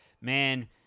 Man